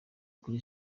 kuri